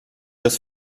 das